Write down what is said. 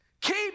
keep